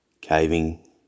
Caving